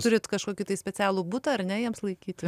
turit kažkokį tai specialų butą ar ne jiems laikyti